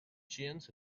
jeans